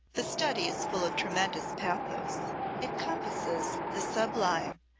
the study is full of tremendous pathos it compasses the sublime,